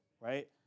right